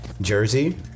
Jersey